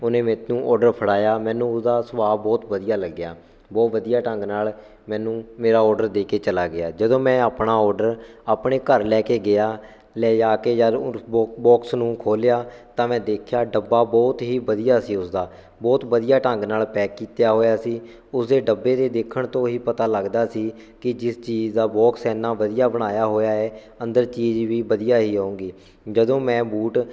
ਉਹਨੇ ਮੈਨੂੰ ਔਡਰ ਫੜਾਇਆ ਮੈਨੂੰ ਉਹਦਾ ਸੁਭਾਅ ਬਹੁਤ ਵਧੀਆ ਲੱਗਿਆ ਬਹੁਤ ਵਧੀਆ ਢੰਗ ਨਾਲ਼ ਮੈਨੂੰ ਮੇਰਾ ਔਡਰ ਦੇ ਕੇ ਚਲਾ ਗਿਆ ਜਦੋਂ ਮੈਂ ਆਪਣਾ ਔਡਰ ਆਪਣੇ ਘਰ ਲੈ ਕੇ ਗਿਆ ਲੈ ਜਾ ਕੇ ਜਦ ਉਹ ਬੋ ਬੋਕਸ ਨੂੰ ਖੋਲ੍ਹਿਆ ਤਾਂ ਮੈਂ ਦੇਖਿਆ ਡੱਬਾ ਬਹੁਤ ਹੀ ਵਧੀਆ ਸੀ ਉਸਦਾ ਬਹੁਤ ਵਧੀਆ ਢੰਗ ਨਾਲ਼ ਪੈਕ ਕੀਤਾ ਹੋਇਆ ਸੀ ਉਸਦੇ ਡੱਬੇ ਦੇ ਦੇਖਣ ਤੋਂ ਹੀ ਪਤਾ ਲੱਗਦਾ ਸੀ ਕਿ ਜਿਸ ਚੀਜ਼ ਦਾ ਬੋਕਸ ਐਨਾ ਵਧੀਆ ਬਣਾਇਆ ਹੋਇਆ ਹੈ ਅੰਦਰ ਚੀਜ਼ ਵੀ ਵਧੀਆ ਹੀ ਹੋਊਗੀ ਜਦੋਂ ਮੈਂ ਬੂਟ